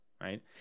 right